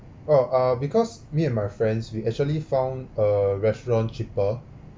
oh uh because me and my friends we actually found a restaurant cheaper